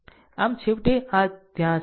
આમ છેવટે આ જે ત્યાં છે